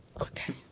Okay